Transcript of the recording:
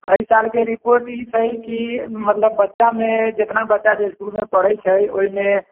एहिसालके report ई छै की मतलब बच्चा मे जेतना बच्चा जे इसकुलमे पढ़ै छै ओहिमे